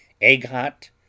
egg-hot